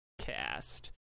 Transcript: cast